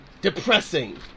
Depressing